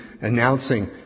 announcing